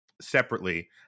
separately